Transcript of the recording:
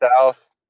South